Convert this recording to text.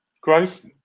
growth